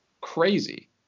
crazy